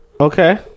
Okay